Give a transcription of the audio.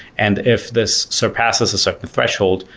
and if this surpasses a certain threshold,